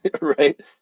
right